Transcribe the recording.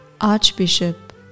Archbishop